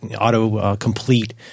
auto-complete